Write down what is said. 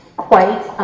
quite